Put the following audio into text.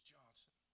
Johnson